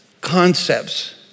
concepts